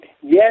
yes